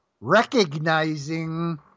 recognizing